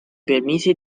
permise